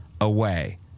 away